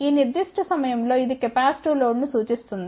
ఈ నిర్దిష్ట సమయంలో ఇది కెపాసిటివ్ లోడ్ ను చూస్తుంది